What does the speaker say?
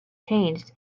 changed